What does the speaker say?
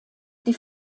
die